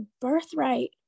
birthright